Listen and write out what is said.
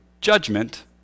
judgment